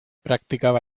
practicaba